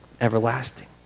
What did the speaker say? everlasting